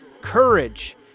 courage